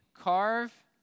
carve